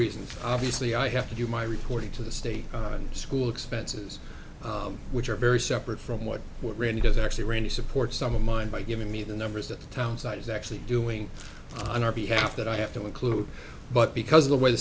reasons obviously i have to do my reporting to the state school expenses which are very separate from what what really does actually really support some of mine by giving me the numbers at the townsite is actually doing on our behalf that i have to include but because of the way the